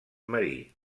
marí